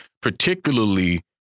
particularly